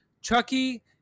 Chucky